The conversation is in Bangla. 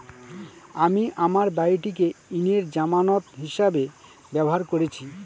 আমি আমার বাড়িটিকে ঋণের জামানত হিসাবে ব্যবহার করেছি